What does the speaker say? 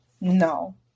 No